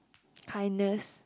kindness